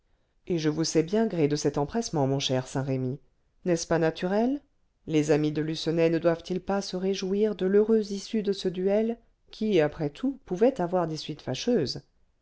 et je vous sais bien gré de cet empressement mon cher saint-remy n'est-ce pas naturel les amis de lucenay ne doivent-ils pas se réjouir de l'heureuse issue de ce duel qui après tout pouvait avoir des suites fâcheuses